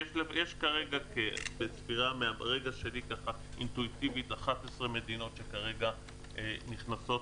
יש כרגע ככה אינטואיטיבית 11 מדינות שכרגע נכנסות,